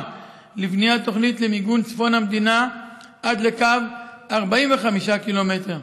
לבניית תוכנית למיגון צפון המדינה על לקו 45 קילומטר,